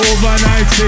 Overnight